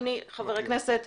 חבר הכנסת,